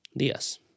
días